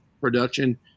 production